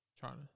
China